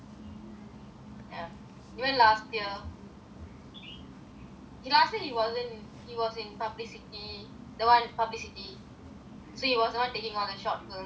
ya even last year he ast year he wasn't he was in publicity that [one] publicity so he was the [one] taking all the short films and videos and stuff